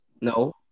No